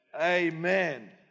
Amen